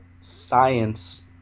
science